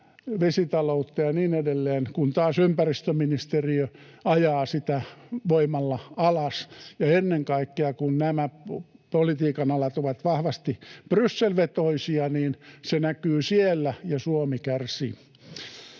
vesitaloutta ja niin edelleen, kun taas ympäristöministeriö ajaa niitä voimalla alas. Ja ennen kaikkea, kun nämä politiikan alat ovat vahvasti Bryssel-vetoisia, se näkyy siellä ja Suomi kärsii.